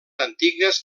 antigues